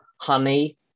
honey